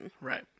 Right